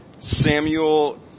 Samuel